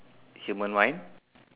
human mind